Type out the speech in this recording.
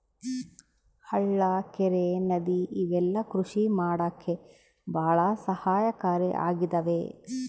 ಹಳ್ಳ ಕೆರೆ ನದಿ ಇವೆಲ್ಲ ಕೃಷಿ ಮಾಡಕ್ಕೆ ಭಾಳ ಸಹಾಯಕಾರಿ ಆಗಿದವೆ